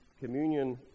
communion